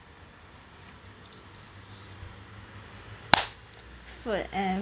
food and